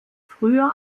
früher